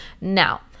now